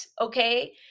okay